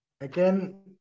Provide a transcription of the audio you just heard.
Again